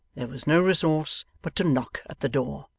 there was no resource but to knock at the door.